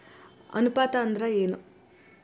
ಅನುಪಾತ ಅಂದ್ರ ಏನ್?